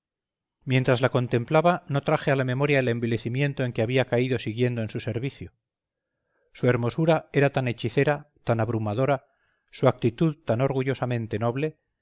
mientras la contemplaba no traje a la memoria el envilecimiento en que habría caído siguiendo en su servicio su hermosura era tan hechicera tan abrumadora su actitud tan orgullosamente noble